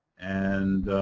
and